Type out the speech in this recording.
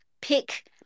pick